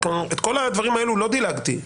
על כל הדברים האלה לא דילגתי.